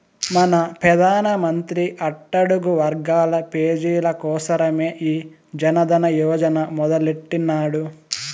మన పెదానమంత్రి అట్టడుగు వర్గాల పేజీల కోసరమే ఈ జనదన యోజన మొదలెట్టిన్నాడు